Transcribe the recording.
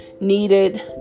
needed